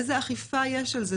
איזו אכיפה יש על זה?